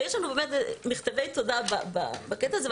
יש לנו מכתבי תודה בקטע הזה,